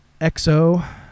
XO